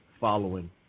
following